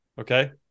okay